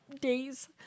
days